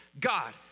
God